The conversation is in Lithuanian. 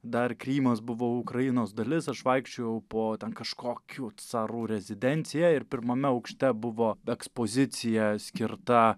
dar krymas buvo ukrainos dalis aš vaikščiojau po ten kažkokių carų rezidenciją ir pirmame aukšte buvo ekspozicija skirta